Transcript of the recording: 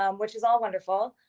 um which is all wonderful,